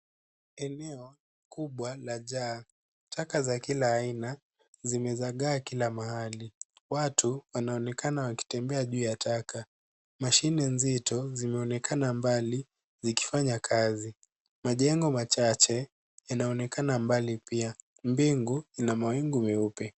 Eneo kubwa la jaa ,taka za kila aina zime zagaa kila mahali watu wana onekana wakitembea juu ya taka. Mashine nzito zime onekana mbali zikifanya kazi, majengo machache yanaonekana mbali pia. Mbingu ina mawingu meupe.